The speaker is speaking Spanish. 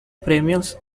premios